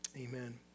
Amen